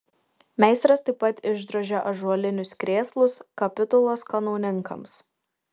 meistras taip pat išdrožė ąžuolinius krėslus kapitulos kanauninkams